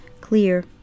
Clear